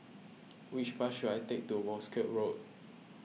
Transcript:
which bus should I take to Wolskel Road